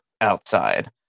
outside